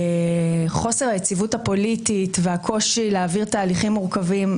חוסר היציבות הפוליטית והקושי להעביר תהליכים מורכבים,